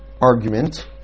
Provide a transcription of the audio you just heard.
argument